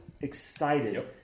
excited